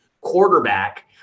quarterback